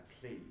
please